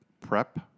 Prep